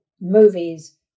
movies